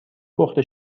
پخته